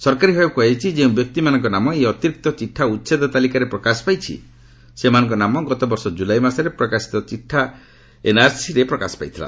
ସରକାରୀ ଭାବେ କୁହାଯାଇଛି ଯେଉଁ ବ୍ୟକ୍ତିମାନଙ୍କ ନାମ ଏହି ଅତିରିକ୍ତ ଚିଠା ଉଚ୍ଛେଦ ତାଲିକାରେ ପ୍ରକାଶ ପାଇଛି ସେମାନଙ୍କ ନାମ ଗତବର୍ଷ ଜୁଲାଇ ମାସରେ ପ୍ରକାଶିତ ଚିଠା ଏନ୍ଆର୍ସିରେ ପ୍ରକାଶ ପାଇଥିଲା